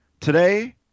Today